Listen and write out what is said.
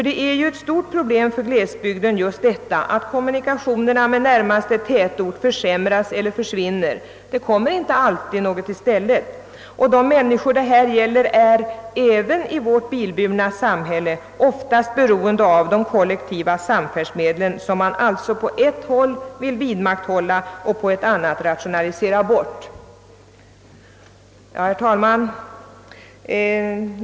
Det är ju ett stort problem för glesbygden att kommunikationerna med närmaste tätort försämras eller försvinner. Det kommer inte alltid något i stället. De människor det här gäller är — även i vårt bilburna samhälle — oftast beroende av de kollektiva samfärdsmedlen som man alltså på ett håll vill vidmakthålla och på ett annat rationalisera bort. Herr talman!